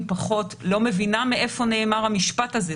פחות" לא מבינה מאיפה נאמר המשפט הזה,